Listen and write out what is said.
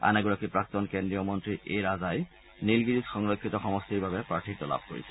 আন এগৰাকী প্ৰাক্তন কেন্দ্ৰীয় মন্ত্ৰী এ ৰাজাই নিলগিৰিজ সংৰক্ষিত সমষ্টিৰ বাবে প্ৰাৰ্থীত্ব লাভ কৰিছে